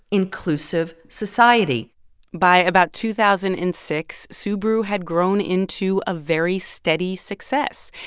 inclusive society by about two thousand and six, subaru had grown into a very steady success.